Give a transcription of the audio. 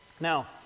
Now